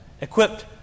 Equipped